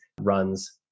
runs